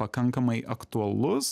pakankamai aktualus